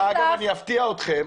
אני אפתיע אתכם,